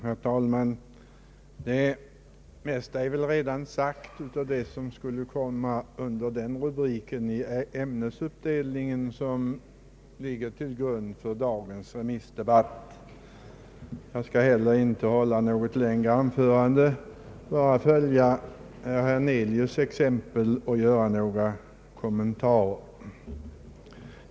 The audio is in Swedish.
Herr talman! Det mesta är väl redan sagt under den här rubriken i den ämnesuppdelning som ligger till grund för dagens resmissdebatt. Jag skall inte heller hålla något längre anförande, utan bara följa herr Hernelius” exempel och göra några kommentarer.